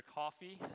coffee